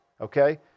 Okay